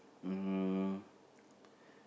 um